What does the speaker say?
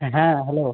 হ্যাঁ হ্যালো